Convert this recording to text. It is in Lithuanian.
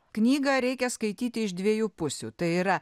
knygą reikia skaityti iš dviejų pusių tai yra